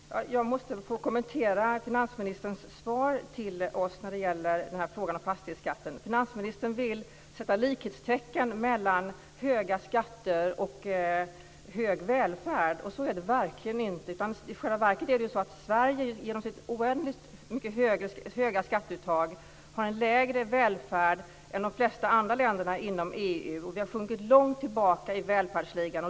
Fru talman! Jag måste få kommentera finansministerns svar till oss när det gäller frågan om fastighetsskatten. Finansministern vill sätta likhetstecken mellan höga skatter och hög välfärd, och så är det verkligen inte. I själva verket har Sverige genom sitt oändligt mycket högre skatteuttag en lägre välfärd än de flesta andra länderna inom EU. Vi har sjunkit långt tillbaka i välfärdsligan.